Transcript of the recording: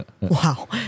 Wow